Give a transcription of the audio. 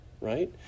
Right